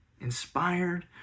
inspired